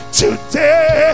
today